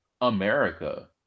America